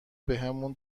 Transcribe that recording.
بهمون